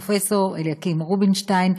פרופ' אליקים רובינשטיין,